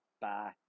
Bye